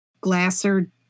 glasser